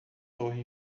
torre